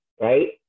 right